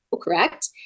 correct